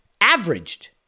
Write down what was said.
averaged